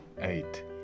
eight